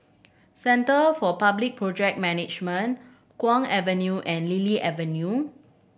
Centre for Public Project Management Kwong Avenue and Lily Avenue